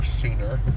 sooner